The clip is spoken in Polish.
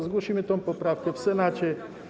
Zgłosimy tę poprawkę w Senacie.